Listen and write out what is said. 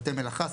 בתי מלאכה,